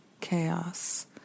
chaos